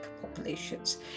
populations